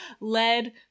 Lead